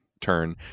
turn